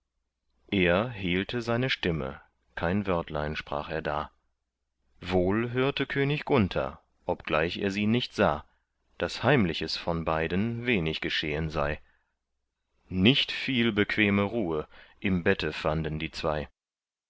er hehlte seine stimme kein wörtlein sprach er da wohl hörte könig gunther obgleich er sie nicht sah daß heimliches von beiden wenig geschehen sei nicht viel bequeme ruhe im bette fanden die zwei